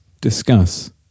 Discuss